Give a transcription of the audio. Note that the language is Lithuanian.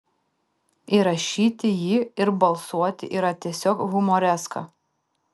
įrašyti jį ir balsuoti yra tiesiog humoreska